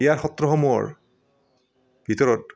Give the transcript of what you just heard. ইয়াৰ সত্ৰসমূহৰ ভিতৰত